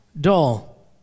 dull